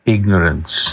Ignorance